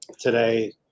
today